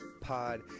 pod